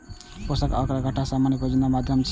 पोषक अगर एकटा सामान्य प्रयोजन माध्यम छियै